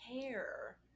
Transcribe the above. care